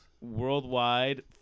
Worldwide